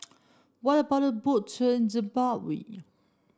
what about a Boat Tour in Zimbabwe